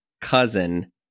cousin